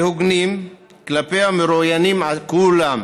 והוגנים כלפי המרואיינים כולם,